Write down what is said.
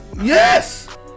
Yes